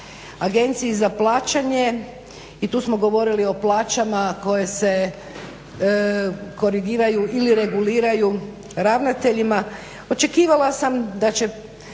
agenciji za plaćanje, i tu smo govorili o plaćama koje se korigiraju ili reguliraju ravnateljima. Očekivala sam da će